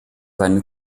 seine